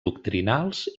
doctrinals